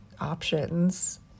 options